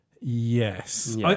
yes